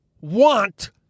want